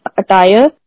attire